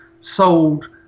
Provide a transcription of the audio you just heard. sold